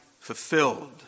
fulfilled